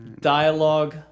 Dialogue